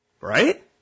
Right